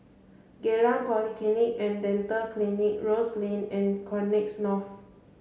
Geylang Polyclinic and Dental Clinic Rose Lane and Connexis North